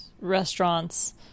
restaurants